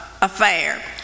affair